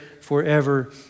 forever